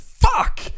Fuck